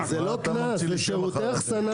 שירותי אחסנה